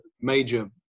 major